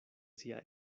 sia